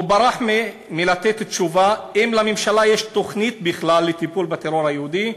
הוא ברח מלתת תשובה אם לממשלה יש תוכנית בכלל לטיפול בטרור היהודי.